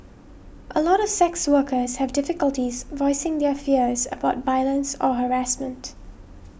a lot of sex workers have difficulties voicing their fears about violence or harassment